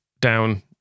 down